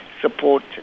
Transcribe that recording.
support